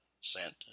sent